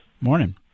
Morning